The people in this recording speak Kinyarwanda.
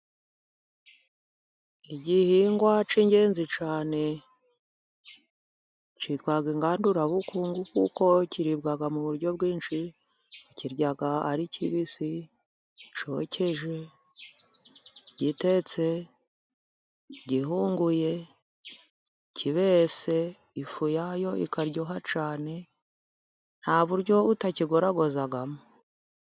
Igihingwa cy'ingenzi cyane cyitwa ingandurabukungu kuko kiribwa mu buryo bwinshi: ukirya ari kibisi, cyokeje, gitetse, gihunguye, kibese; ifu yayo ikaryoha cyane, nta buryo utakigoragozamo.